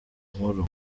nkuru